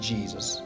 Jesus